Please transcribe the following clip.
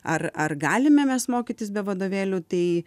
ar ar galime mes mokytis be vadovėlių tai